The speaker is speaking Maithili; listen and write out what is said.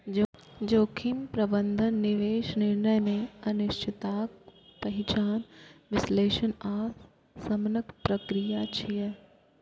जोखिम प्रबंधन निवेश निर्णय मे अनिश्चितताक पहिचान, विश्लेषण आ शमनक प्रक्रिया छियै